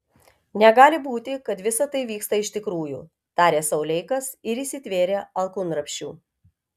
negali būti kad visa tai vyksta iš tikrųjų tarė sau leikas ir įsitvėrė alkūnramsčių